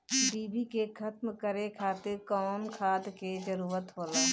डिभी के खत्म करे खातीर कउन खाद के जरूरत होला?